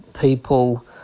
people